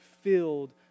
filled